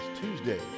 Tuesday